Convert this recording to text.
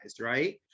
Right